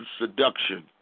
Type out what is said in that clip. seduction